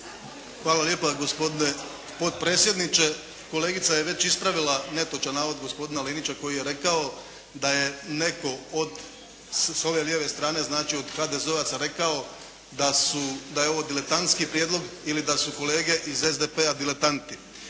Hvala lijepa gospodine potpredsjedniče. Kolegica je već ispravila netočan navod gospodina Linića koji je rekao da je netko od sa ove lijeve strane, znači od HDZ-ovaca rekao da su, da je ovo diletantski prijedlog ili da su kolege iz SDP-a diletanti.